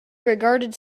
regarded